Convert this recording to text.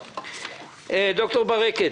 ד"ר ברקת,